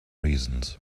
reasons